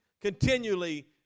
Continually